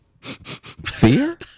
Fear